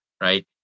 right